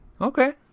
Okay